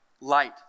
Light